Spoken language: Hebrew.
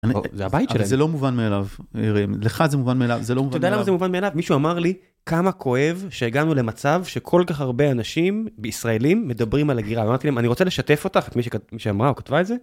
זה לא מובן מאליו, לך זה מובן מאליו, זה לא מובן מאליו. אתה יודע למה זה מובן מאליו? מישהו אמר לי כמה כואב שהגענו למצב שכל כך הרבה אנשים בישראלים מדברים על הגירה, ואמרתי להם אני רוצה לשתף אותך את מי שאמרה או כתבה את זה.